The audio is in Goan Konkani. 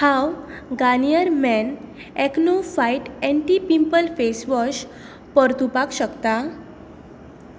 हांव Garnier Men Acno Fight anti pimple face wash परतुपाक शकता